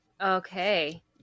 Okay